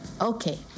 Okay